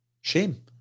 Shame